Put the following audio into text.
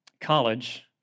college